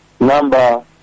number